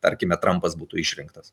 tarkime trampas būtų išrinktas